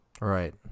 right